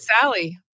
Sally